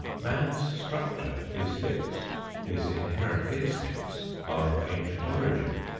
man's structure is fixed his inherent instincts are of ancient origin,